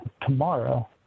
tomorrow